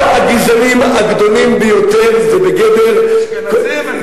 כל הגזענים הגדולים ביותר הם, אשכנזים.